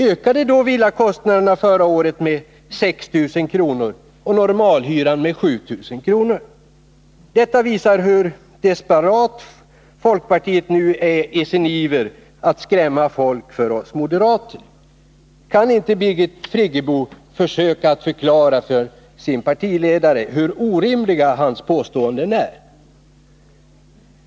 Ökade villakostnaden förra året med 6 000 kr. och normalhyran med 7 000 kr.? Detta visar hur desperat folkpartiet nu är i sin iver att skrämma folk för oss moderater. Kan inte Birgit Friggebo försöka att förklara för sin partiledare hur orimliga hans påståenden är.